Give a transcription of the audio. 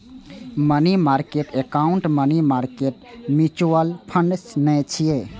money market account money market mutual fund नै छियै